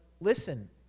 listen